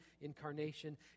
incarnation